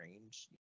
range